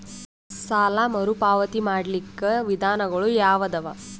ಸಾಲ ಮರುಪಾವತಿ ಮಾಡ್ಲಿಕ್ಕ ವಿಧಾನಗಳು ಯಾವದವಾ?